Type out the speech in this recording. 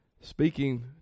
speaking